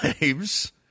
lives